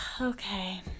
Okay